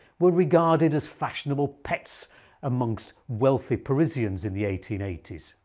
were regarded as fashionable pets amongst wealthy parisians in the eighteen eighty s.